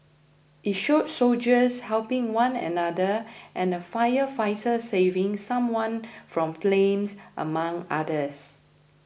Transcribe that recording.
it showed soldiers helping one another and a firefighter saving someone from flames among others